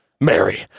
Mary